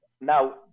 Now